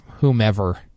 whomever